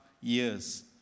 years